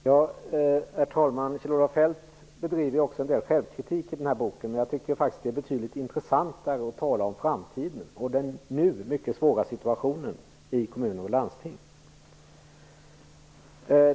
Herr talman! Kjell-Olof Feldt bedriver en del självkritik i boken. Jag tycker faktiskt att det är betydligt intressantare att tala om framtiden och den nu mycket svåra situationen i kommuner och landsting.